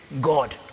God